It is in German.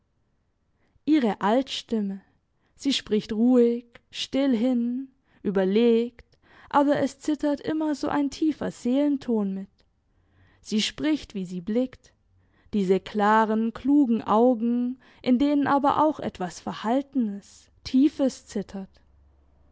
ihre altstimme sie spricht ruhig still hin überlegt aber es zittert immer so ein tiefer seelenton mit sie spricht wie sie blickt diese klaren klugen augen in denen aber auch etwas verhaltenes tiefes zittert